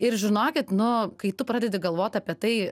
ir žinokit nu kai tu pradedi galvot apie tai